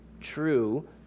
true